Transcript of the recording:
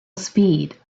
speed